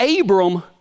Abram